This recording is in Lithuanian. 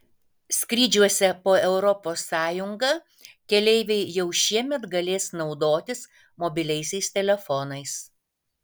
skrydžiuose po europos sąjungą keleiviai jau šiemet galės naudotis mobiliaisiais telefonais